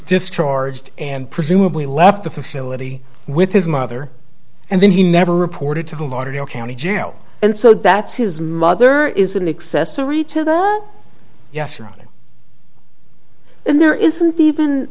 discharged and presumably left the facility with his mother and then he never reported to the lauderdale county jail and so that's his mother is an accessory to the yes or there isn't even